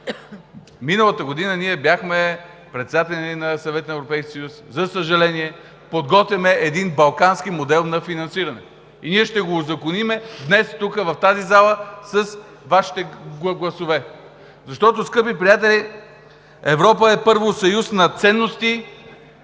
Миналата година не бяхме председатели на Съвета на Европейския съюз, но за съжаление подготвяме един балкански модел на финансиране и ние ще го узаконим днес, тук, в тази зала с Вашите гласове. Скъпи приятели, Европа е, първо, съюз на ценности,